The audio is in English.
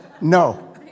no